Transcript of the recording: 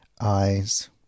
eyes